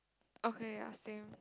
okay ya same